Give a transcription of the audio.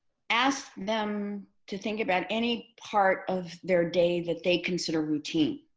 ask them to think about any part of their day that they consider routine.